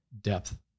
depth